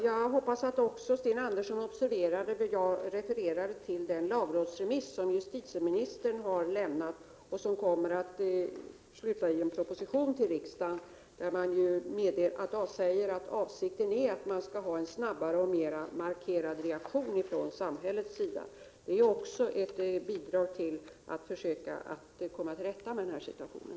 Herr talman! Jag hoppas att Sten Andersson i Malmö observerade att jag refererade till den lagrådsremiss som justitieministern har lämnat och som kommer att presenteras i en proposition till riksdagen. Där sägs att avsikten är att man skall ha ”en snabbare och mera markerad reaktion från samhällets sida”. Det bidrar också till att komma till rätta med problemen.